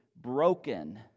broken